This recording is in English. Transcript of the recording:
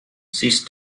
ceased